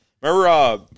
Remember